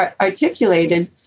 articulated